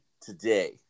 today